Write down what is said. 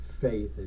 faith